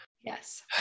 Yes